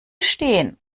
stehen